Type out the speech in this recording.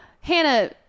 Hannah